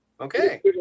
Okay